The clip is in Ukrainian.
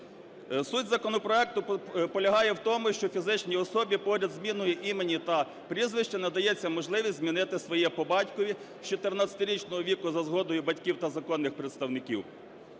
Суть законопроекту полягає в тому, що фізичній особі поряд з зміною імені та прізвища надається можливість змінити своє по батькові з 14-річного віку за згодою батьків та законних представників.